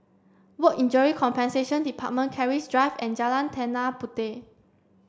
Work Injury Compensation Department Keris Drive and Jalan Tanah Puteh